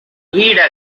breeder